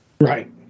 right